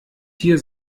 hier